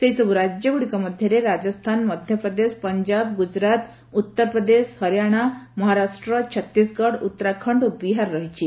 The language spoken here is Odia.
ସେହିସବୁ ରାଜ୍ୟଗୁଡ଼ିକ ମଧ୍ୟରେ ରାଜସ୍ଥାନ ମଧ୍ୟପ୍ରଦେଶ ପଞ୍ଜାବ ଗୁକ୍ତୁରାଟ ଉତ୍ତରପ୍ରଦେଶ ହରିୟାଣା ମହାରାଷ୍ଟ୍ର ଛତିଶଗଡ ଉଉରାଖଣ୍ଡ ଓ ବିହାର ରହିଛି